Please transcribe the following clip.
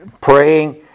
praying